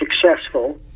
successful